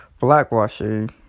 blackwashing